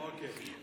אוקיי.